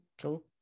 cool